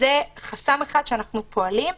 וזה חסם אחד שאנחנו פועלים בו.